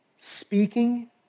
Speaking